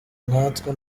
nkatwe